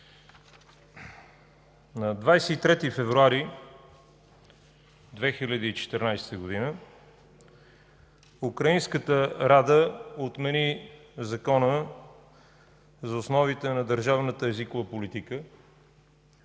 На 23 февруари 2014 г. украинската Рада отмени Закона за основите на държавната езикова политика,